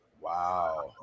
Wow